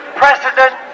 precedent